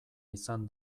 izan